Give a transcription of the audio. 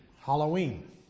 Halloween